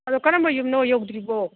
ꯑꯗꯣ ꯀꯔꯝꯕ ꯌꯨꯝꯅꯣ ꯌꯧꯗ꯭ꯔꯤꯕꯣ